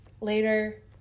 later